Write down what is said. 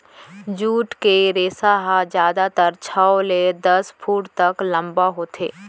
jute के रेसा ह जादातर छै ले दस फूट तक लंबा होथे